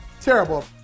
Terrible